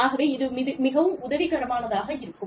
ஆகவே இது மிகவும் உதவிக்கரமானதாக இருக்கும்